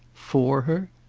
for her?